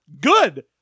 good